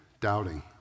doubting